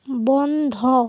বন্ধ